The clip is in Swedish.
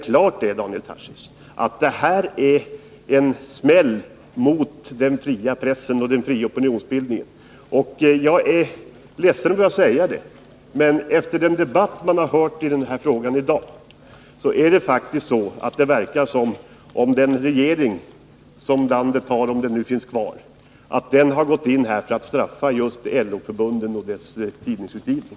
Klart är, Daniel Tarschys, att detta innebär en smäll mot den fria pressen och den fria opinionsbildningen. Jag är ledsen att behöva säga, att efter den debatt man har fört i den här frågan i dag verkar det faktiskt som om den regering som landet har — om den nu finns kvar — har gått in för att straffa just LO-förbunden och deras tidningsutgivning.